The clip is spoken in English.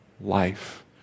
life